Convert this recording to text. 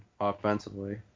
offensively